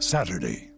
Saturday